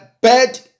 bad